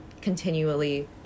continually